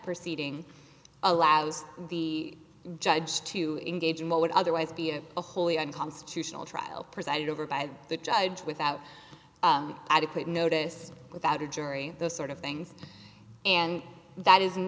proceeding allows the judge to engage in what would otherwise be a wholly unconstitutional trial presided over by the judge without adequate notice without a jury those sort of things and that is